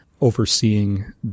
Overseeing